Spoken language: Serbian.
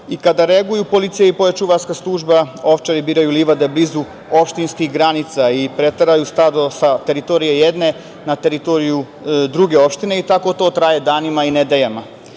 i, kada reaguju policija i poljočuvarska služba, ovčari biraju livade blizu opštinskih granica i preteraju stado sa teritorije jedne na teritoriju druge opštine i tako to traje danima i nedeljama. Propisi